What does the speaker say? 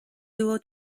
duo